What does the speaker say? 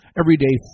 everyday